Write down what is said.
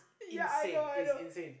ya I know I know